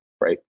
right